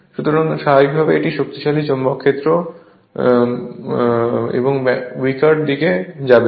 সুতরাং স্বাভাবিকভাবেই এটি শক্তিশালী চৌম্বক ক্ষেত্রে উইকার দিকে যাবে